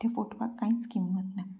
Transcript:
त्या फोटवाक कांयच किंमत ना